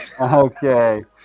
Okay